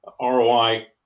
ROI